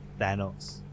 Thanos